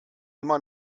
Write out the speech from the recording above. immer